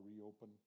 reopen